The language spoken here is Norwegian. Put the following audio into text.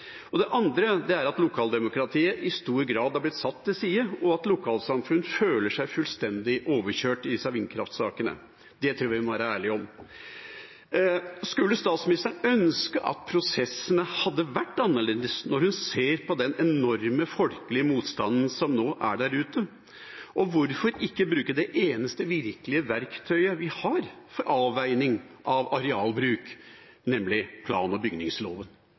Det andre er at lokaldemokratiet i stor grad har blitt satt til side, og at lokalsamfunn føler seg fullstendig overkjørt i disse vindkraftsakene. Det tror jeg vi må være ærlige på. Skulle statsministeren ønske at prosessene hadde vært annerledes, når hun ser på den enorme folkelige motstanden som nå er der ute? Og hvorfor ikke bruke det eneste virkelige verktøyet vi har for avveining av arealbruk, nemlig plan- og bygningsloven?